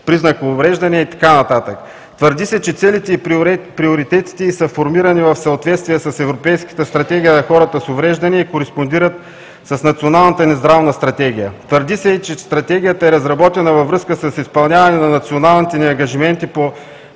признак „увреждане“ и така нататък. Твърди се, че целите и приоритетите са формирани в съответствие с Европейската стратегия на хората с увреждания и кореспондират с Националната ни здравна стратегия. Твърди се, че Стратегията е разработена във връзка с изпълняване на националните ни ангажименти по